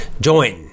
join